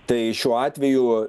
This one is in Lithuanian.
tai šiuo atveju